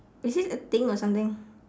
is it a thing or something